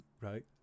right